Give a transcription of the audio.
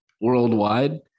worldwide